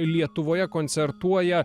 lietuvoje koncertuoja